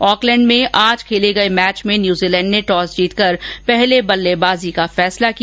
Auckland में आज खेले गये मैच में न्यूजीलैण्ड ने टॉस जीतकर पहले बल्लेबाजी का फैसला किया